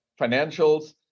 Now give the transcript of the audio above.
financials